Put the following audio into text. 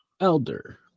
Elder